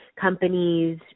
companies